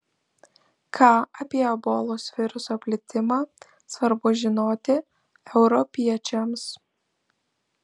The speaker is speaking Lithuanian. ką apie ebolos viruso plitimą svarbu žinoti europiečiams